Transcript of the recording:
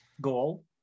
goal